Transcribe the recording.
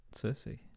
Cersei